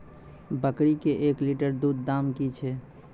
बकरी के एक लिटर दूध दाम कि छ?